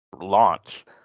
launch